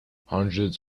hundreds